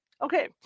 Okay